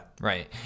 Right